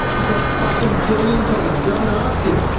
has got fucking billions of it. go and ask him.